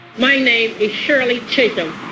my name is shirley chisholm.